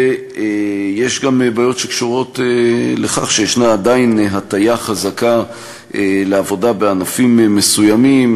יש גם בעיות שקשורות לכך שיש עדיין הטיה חזקה לעבודה בענפים מסוימים,